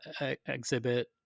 exhibit